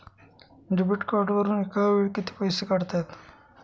Debit कार्डवरुन एका वेळी किती पैसे काढता येतात?